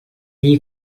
iyi